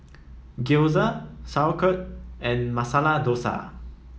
Gyoza Sauerkraut and Masala Dosa